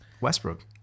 Westbrook